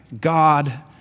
God